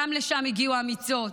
גם לשם הגיעו האמיצות,